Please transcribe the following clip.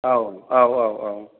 औ औ औ औ